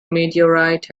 meteorite